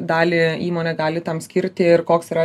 dalį įmonė gali tam skirti ir koks yra